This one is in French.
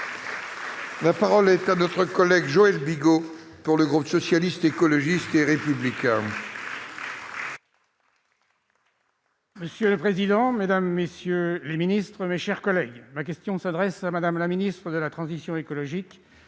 La parole est à M. Joël Bigot, pour le groupe Socialiste, Écologiste et Républicain. Monsieur le président, mesdames, messieurs les ministres, mes chers collègues, ma question s'adresse à Mme la ministre de la transition écologique